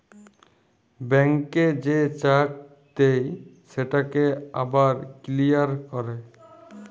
ব্যাংকে যে চ্যাক দেই সেটকে আবার কিলিয়ার ক্যরে